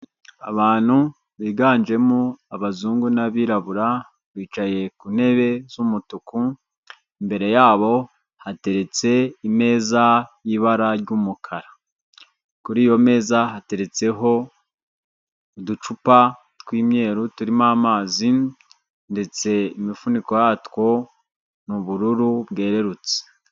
Abantu biganjemo abazungu n'abirabura, bicaye ku ntebe z'umutuku, imbere yabo hateretse imeza y'ibara ry'umukara. Kuri iyo meza hateretseho uducupa tw'imyeru, turimo amazi, ndetse imifuniko yatwo ni ubururu bwererutse.